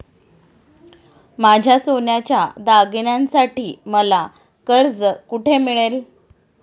माझ्या सोन्याच्या दागिन्यांसाठी मला कर्ज कुठे मिळेल?